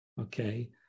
Okay